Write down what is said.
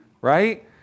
Right